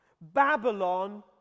Babylon